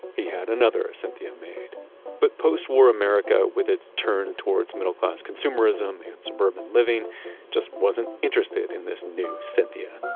he had another cynthia made but postwar america with its turn towards middle-class consumerism and suburban living just wasn't interested in this new cynthia.